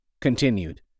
continued